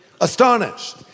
astonished